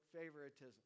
favoritism